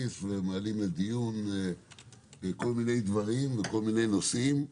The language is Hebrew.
ומעלים לדיון כל מיני דברים וכל מיני נושאים.